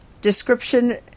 Description